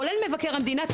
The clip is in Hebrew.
כולל מבקר המדינה,